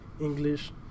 English